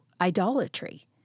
idolatry